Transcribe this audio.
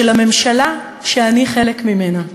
של הממשלה, שאני חלק ממנה.